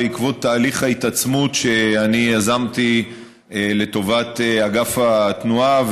בעקבות תהליך ההתעצמות שאני יזמתי לטובת אגף התנועה,